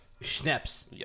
Schnapps